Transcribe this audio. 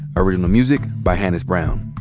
original music by hannis brown.